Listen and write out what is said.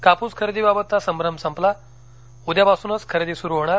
कापूस खरेदी बाबतचा संभ्रम संपला उद्यापासूनच खरेदी सुरू होणार